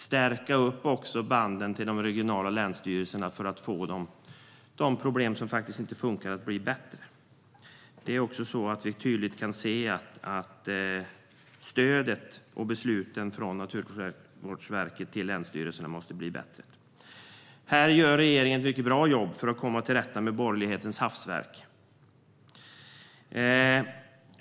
Man ska kanske också stärka banden till de regionala länsstyrelserna för att förbättra det som inte funkar. Vi kan tydligt se att stödet och besluten från Naturvårdsverket som gäller länsstyrelserna måste fungera bättre. Här gör regeringen ett mycket bra jobb för att komma till rätta med borgerlighetens hafsverk.